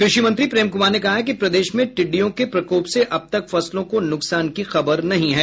कृषि मंत्री प्रेम कुमार ने कहा है कि प्रदेश में टिड्डियों के प्रकोप से अब तक फसलों को नुकसान की खबर नहीं है